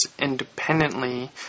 independently